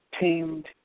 tamed